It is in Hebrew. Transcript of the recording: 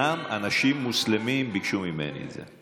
וגם אנשים מוסלמים ביקשו ממני את זה.